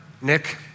Nick